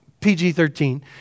PG-13